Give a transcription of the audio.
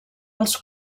els